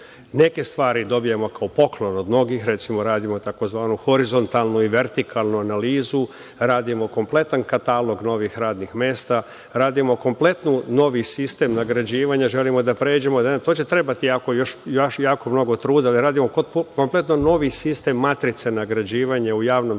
Neke stvari dobijamo kao poklon od mnogih. Recimo, radimo tzv. horizontalnu i vertikalnu analizu, radimo kompletan katalog novih radnih mesta, radimo kompletan novi sistem nagrađivanja. Za to će trebati jako mnogo truda da radimo kompletan novi sistem matrica nagrađivanje u javnom sektoru,